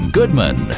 Goodman